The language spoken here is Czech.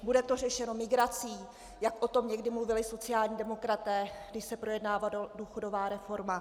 Bude to řešeno migrací, jak o tom někdy mluvili sociální demokraté, když se projednávala důchodová reforma?